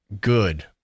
good